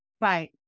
Right